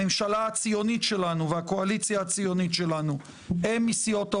הממשלה הציונית שלנו והקואליציה הציונית שלנו הם מסיעות.